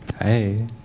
Hey